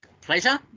Pleasure